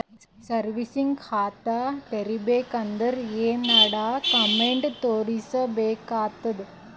Savings ಖಾತಾ ತೇರಿಬೇಕಂದರ ಏನ್ ಏನ್ಡಾ ಕೊಮೆಂಟ ತೋರಿಸ ಬೇಕಾತದ?